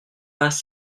pas